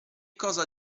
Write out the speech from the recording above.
cosa